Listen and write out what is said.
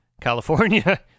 California